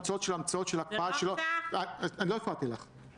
אני רוצה להדגיש, אני לא מתבייש בשום דבר.